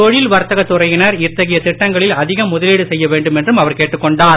தொழில் வர்த்தக துறையினர் இத்தகைய திட்டங்களில் அதிகம் முதலீடு செய்ய வேண்டுமென்றும் அவர் கேட்டுக் கொண்டார்